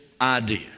idea